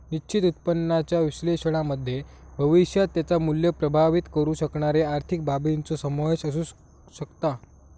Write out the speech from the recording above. निश्चित उत्पन्नाच्या विश्लेषणामध्ये भविष्यात त्याचा मुल्य प्रभावीत करु शकणारे आर्थिक बाबींचो समावेश असु शकता